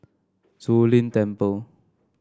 Zu Lin Temple